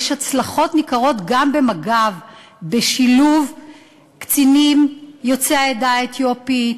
יש הצלחות ניכרות גם במג"ב בשילוב קצינים יוצאי העדה האתיופית,